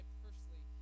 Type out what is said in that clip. personally